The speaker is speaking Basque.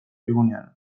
egonean